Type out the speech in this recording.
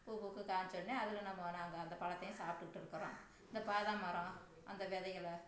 பூ பூக்கும் காய்ச்சவுடனே அதில் நம்ம நாங்கள் அந்த பழத்தையும் சாப்பிட்டுக்கிட்டு இருக்குறோம் இந்த பாதாம் மரம் அந்த விதைகள